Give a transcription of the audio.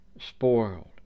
spoiled